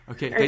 Okay